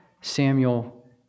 Samuel